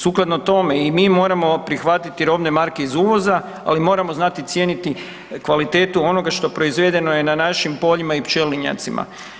Sukladno tome i mi moramo prihvatiti robne marke iz uvoza, ali moramo znati cijeniti kvalitetu onoga što je proizvedeno na našim poljima i pčelinjacima.